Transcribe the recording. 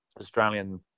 Australian